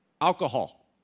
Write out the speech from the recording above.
alcohol